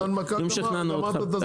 זו הנמקה טובה וגמרת את הזמן.